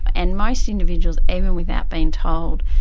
and most individuals, even without being told,